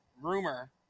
rumor